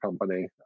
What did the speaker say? company